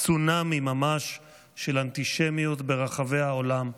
צונאמי ממש של אנטישמיות ברחבי העולם,